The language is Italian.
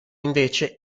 invece